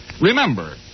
Remember